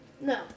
No